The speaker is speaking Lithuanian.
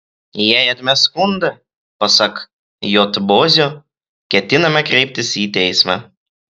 jei atmes skundą pasak j bozio ketinama kreiptis į teismą